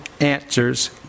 answers